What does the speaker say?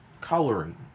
coloring